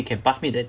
can pass me that